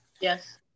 Yes